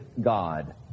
God